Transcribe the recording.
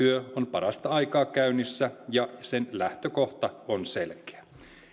parasta aikaa käynnissä ja sen lähtökohta on selkeä